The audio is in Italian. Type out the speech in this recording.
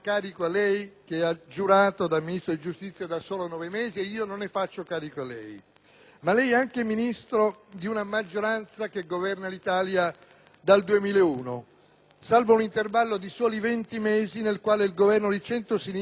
Ma lei è anche Ministro di una maggioranza che governa l'Italia dal 2001, salvo un intervallo di soli 20 mesi, nel quale il Governo di centrosinistra è stato potentemente ed efficacemente ostacolato da un'opposizione